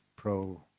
Pro